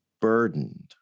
burdened